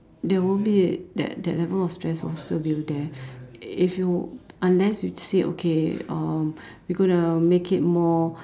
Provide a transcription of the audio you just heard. there won't be that that level of stress will still be there if you unless you say okay uh we going to make it more